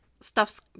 stuff's